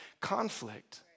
conflict